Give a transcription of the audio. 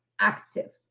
active